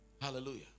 Hallelujah